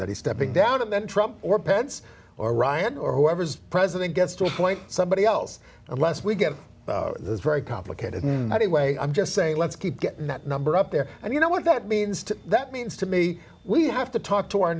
that he's stepping down and then trump or pence or ryan or whoever's president gets to appoint somebody else unless we get very complicated in any way i'm just saying let's keep getting that number up there and you know what that means to that means to me we have to talk to our